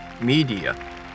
media